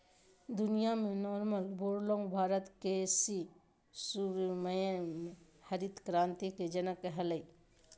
दुनिया में Norman Borlaug Bharat के सी सुब्रमण्यम हरित क्रांति के जनक हलई